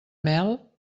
mel